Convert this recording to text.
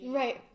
right